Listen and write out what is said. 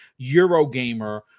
Eurogamer